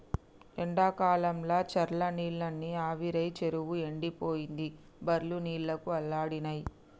ఎండాకాలంల చెర్ల నీళ్లన్నీ ఆవిరై చెరువు ఎండిపోయింది బర్లు నీళ్లకు అల్లాడినై